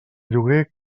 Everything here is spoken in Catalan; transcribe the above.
lloguer